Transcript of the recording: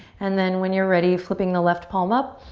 and then, when you're ready, flipping the left palm up.